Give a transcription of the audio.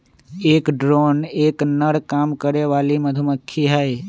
एक ड्रोन एक नर काम करे वाली मधुमक्खी हई